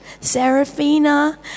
Serafina